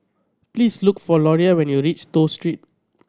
please look for Loria when you reach Toh Street